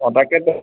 অ তাকেতো